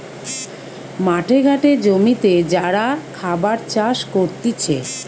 মাঠে ঘাটে জমিতে যারা খাবার চাষ করতিছে